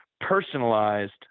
personalized